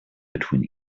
between